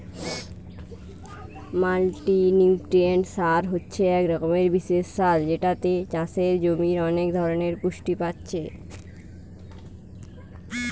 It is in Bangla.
মাল্টিনিউট্রিয়েন্ট সার হচ্ছে এক রকমের বিশেষ সার যেটাতে চাষের জমির অনেক ধরণের পুষ্টি পাচ্ছে